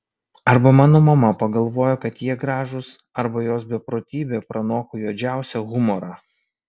arba mano mama pagalvojo kad jie gražūs arba jos beprotybė pranoko juodžiausią humorą